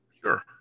Sure